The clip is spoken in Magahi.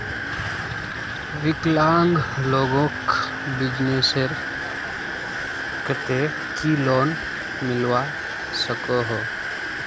विकलांग लोगोक बिजनेसर केते की लोन मिलवा सकोहो?